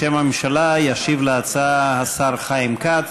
בשם הממשלה, ישיב על ההצעה השר חיים כץ.